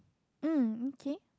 mm okay